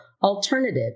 alternative